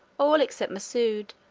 all except masoud,